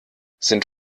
sind